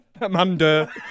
Amanda